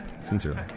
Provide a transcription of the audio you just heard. sincerely